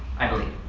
i believe.